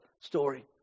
story